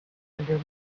under